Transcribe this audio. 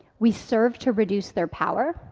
we serve to reduce their power,